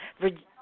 Virginia